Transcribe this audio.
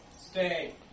Stay